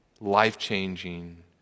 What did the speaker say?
life-changing